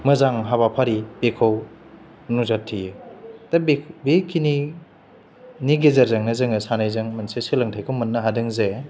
मोजां हाबाफारि बेखौ नोजोर थियो दा बे बे खिनि नि गेजेरजोंनो जों सानैजों मोनसे सोलोंथाइखौ मोननो हादों जे